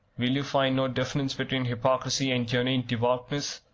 will you find no difference between hypocrisy and genuine devoutness?